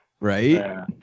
Right